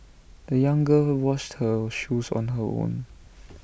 the young girl washed her shoes on her own